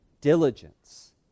diligence